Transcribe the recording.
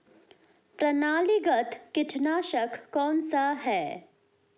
प्रणालीगत कीटनाशक कौन सा है?